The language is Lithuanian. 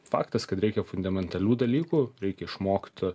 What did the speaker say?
faktas kad reikia fundamentalių dalykų reik išmokt